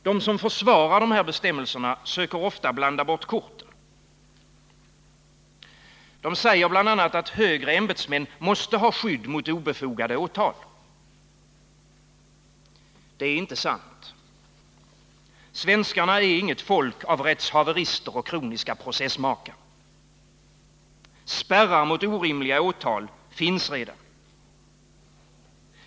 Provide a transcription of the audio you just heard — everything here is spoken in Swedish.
De som försvarar dessa bestämmelser söker ofta blanda bort korten. De säger bl.a. att högre ämbetsmän måste ha skydd mot obefogade åtal. Det är inte sant. Svenskarna är inget folk av rättshaverister och kroniska processmakare. Spärrar mot orimliga åtal finns redan.